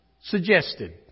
suggested